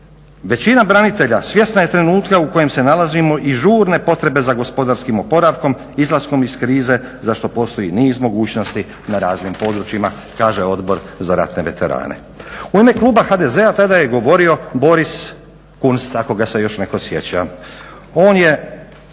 Većina branitelja svjesna je trenutka u kojem se nalazimo i žurne potrebe za gospodarskim oporavkom, izlaskom iz krize za što postoji niz mogućnosti na raznim područjima, kaže Odbor za ratne veterane. U ime kluba HDZ-a tada je govorio Boris Kunst ako ga se još netko sjeća.